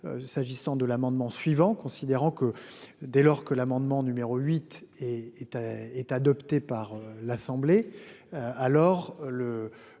S'agissant de l'amendement suivant considérant que dès lors que l'amendement numéro 8 et. Est adopté par l'Assemblée. Alors le